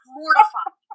mortified